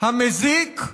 המזיק,